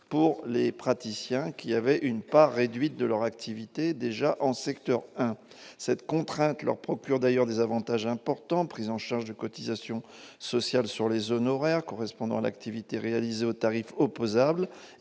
pour les praticiens qui avait une part réduite de leur activité déjà en secteur 1 cette contrainte leur procure d'ailleurs des avantages importants prise en charge de cotisations sociales sur les honoraires correspondants l'activité réalisée au tarif opposable